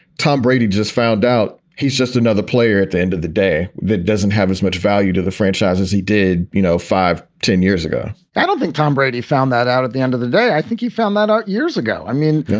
tom brady just found out he's just another player. at the end of the day, that doesn't have as much value to the franchise as he did, you know, five, ten years ago i don't think tom brady found that out at the end of the day. i think he found that out years ago. i mean,